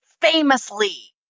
famously